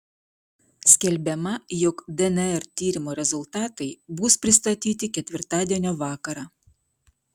skelbiama jog dnr tyrimo rezultatai bus pristatyti ketvirtadienio vakarą